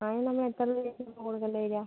അതിന് നമ്മൾ എത്ര രൂപ വെച്ചാണ് കൊടുക്കേണ്ടി വരിക